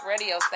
radio